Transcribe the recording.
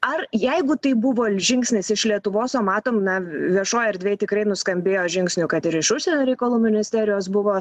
ar jeigu tai buvo žingsnis iš lietuvos o matom viešoj erdvėj tikrai nuskambėjo žingsnių kad ir iš užsienio reikalų ministerijos buvo